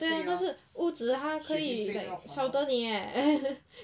对啊但是屋子他可以 like 晓得你诶